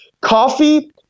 coffee